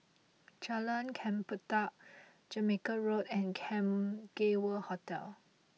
Jalan Chempedak Jamaica Road and Cam Gay World Hotel